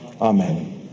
Amen